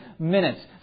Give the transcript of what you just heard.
minutes